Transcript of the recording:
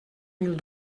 mil